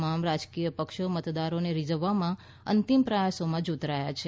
તમામ રાજકીય પક્ષો મતદારોને રીઝવવામાં અંતિમ પ્રયાસોમાં જોતરાયા છે